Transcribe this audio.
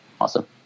Awesome